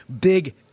big